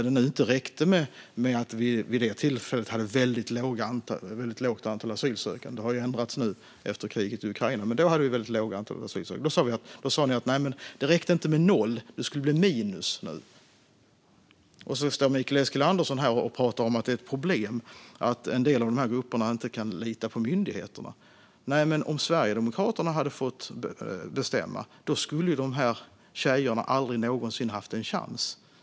Det räckte alltså inte med att vi vid det tillfället hade ett väldigt litet antal asylsökande - det har nu ändrats i och med kriget i Ukraina, men då hade vi ett väldigt litet antal asylsökande - utan ni sa att det inte räckte med noll, utan nu skulle det bli minus. Sedan står Mikael Eskilandersson här och talar om att det är ett problem att en del av de grupperna inte kan lita på myndigheterna. Men om Sverigedemokraterna hade fått bestämma hade de här tjejerna aldrig någonsin haft en chans.